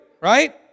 right